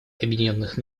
объединенных